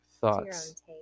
thoughts